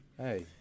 Hey